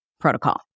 protocol